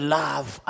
love